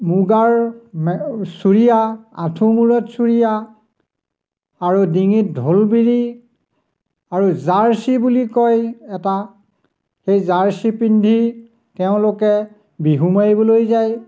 মুগাৰ চুৰিয়া আঁঠুমূৰত চুৰিয়া আৰু ডিঙিত ঢোলবিৰি আৰু জাৰ্চি বুলি কয় এটা সেই জাৰ্চি পিন্ধি তেওঁলোকে বিহু মাৰিবলৈ যায়